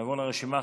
נעבור לרשימה.